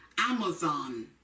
Amazon